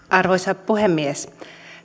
arvoisa puhemies